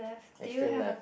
extreme left